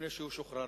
לפני שהוא שוחרר,